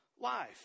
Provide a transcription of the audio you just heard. life